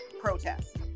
protest